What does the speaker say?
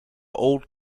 old